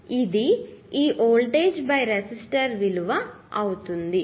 ఇది ఈ voltage resistor విలువ అవుతుంది